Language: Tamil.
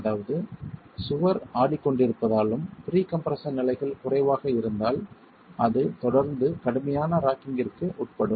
அதாவது சுவர் ஆடிக்கொண்டிருப்பதாலும் ப்ரீ கம்ப்ரெஸ்ஸன் நிலைகள் குறைவாக இருந்தால் அது தொடர்ந்து கடுமையான ராக்கிங்கிற்கு உட்படும்